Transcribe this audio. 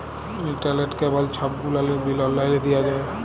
ইলটারলেট, কেবল ছব গুলালের বিল অললাইলে দিঁয়া যায়